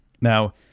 Now